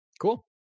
cool